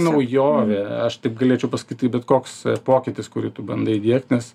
naujovė aš taip galėčiau pasakyt tai bet koks pokytis kurį tu bandai įdiegt nes